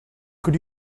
could